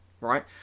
right